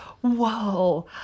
Whoa